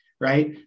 Right